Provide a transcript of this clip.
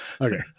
Okay